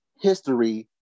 history